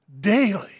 daily